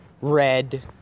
red